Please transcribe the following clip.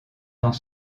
dans